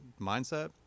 mindset